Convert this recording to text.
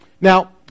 Now